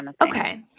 Okay